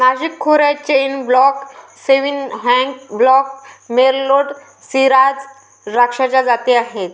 नाशिक खोऱ्यात chenin blanc, sauvignon blanc, merlot, shiraz द्राक्षाच्या जाती आहेत